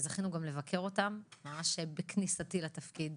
זכינו גם לבקר אתכם, ממש בכניסתי לתפקיד